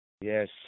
Yes